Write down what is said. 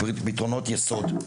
או פתרונות יסוד,